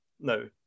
No